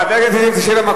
לך לישון.